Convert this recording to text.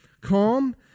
Calm